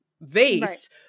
vase